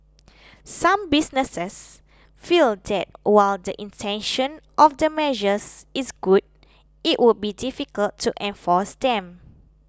some businesses feel that while the intention of the measures is good it would be difficult to enforce them